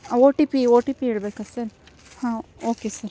ಒ T P O T P ಹೇಳ್ಬೇಕಾ sir ಹಾಂ okay sir